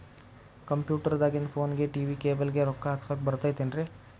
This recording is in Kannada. ಕಂಪ್ಯೂಟರ್ ದಾಗಿಂದ್ ಫೋನ್ಗೆ, ಟಿ.ವಿ ಕೇಬಲ್ ಗೆ, ರೊಕ್ಕಾ ಹಾಕಸಾಕ್ ಬರತೈತೇನ್ರೇ?